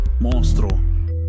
Monstro